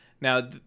now